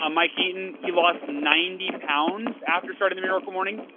um mike keaton, he lost ninety pounds after started the miracle morning.